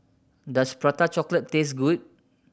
does Prata Chocolate taste good